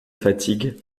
fatigue